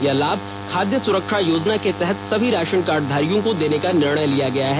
यह लाभ खादय सुरक्षा योजना के तहत सभी रा ान कार्डधारियों को देने का निर्णय लिया गया है